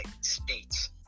states